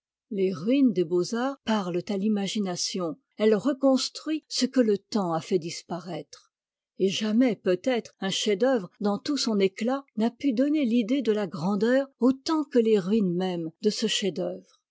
les ruines des beaux-arts parlent à l'imagination elle reconstruit ce que le temps a fait disparaître et jamais peut-être un chef-d'œuvre dans tout son éclat n'a pu donner l'idée de la grandeur autant que les ruines mêmes de ce chef-d'œuvre